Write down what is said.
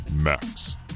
Max